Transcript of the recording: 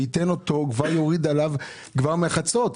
ויוריד עליו כבר מחצות.